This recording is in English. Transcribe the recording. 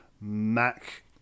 Mac